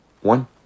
One